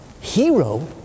hero